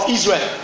Israel